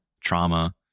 trauma